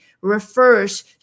refers